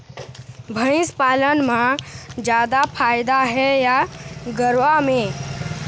भंइस पालन म जादा फायदा हे या गरवा में?